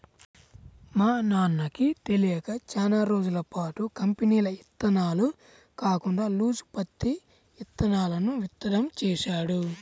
మా నాన్నకి తెలియక చానా రోజులపాటు కంపెనీల ఇత్తనాలు కాకుండా లూజు పత్తి ఇత్తనాలను విత్తడం చేశాడు